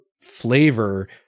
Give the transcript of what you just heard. flavor